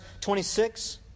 26